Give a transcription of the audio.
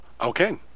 Okay